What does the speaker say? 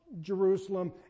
Jerusalem